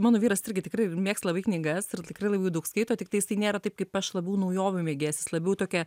mano vyras irgi tikrai mėgsta labai knygas ir tikrai labai daug skaito tiktai jisai nėra taip kaip aš labiau naujovių mėgėjas jis labiau tokia